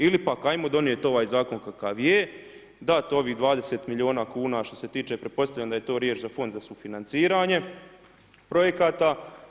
Ili pak ajmo donijeti ovaj zakon kakav je, dati ovih 20 milijuna kuna što se tiče, pretpostavljam da je to riječ za fond za sufinanciranje projekata.